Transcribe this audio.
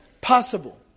possible